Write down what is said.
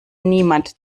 niemand